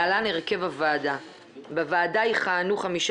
(הוראת שעה לעניין מינוי נאמן),